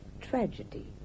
tragedy